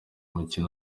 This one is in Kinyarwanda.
mukino